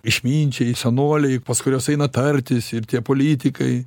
išminčiai senoliai pas kuriuos eina tartis ir tie politikai